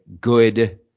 good